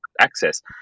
access